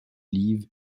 live